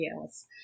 else